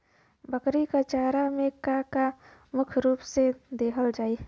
बकरी क चारा में का का मुख्य रूप से देहल जाई?